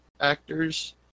actors